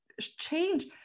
change